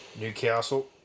Newcastle